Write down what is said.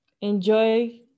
Enjoy